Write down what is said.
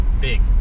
Big